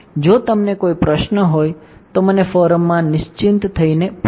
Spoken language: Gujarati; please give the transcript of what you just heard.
જો તમને કોઈ પ્રશ્નો હોય તો મને ફોરમમાં નિસ્ચિંત થઈને પૂછવા